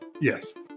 Yes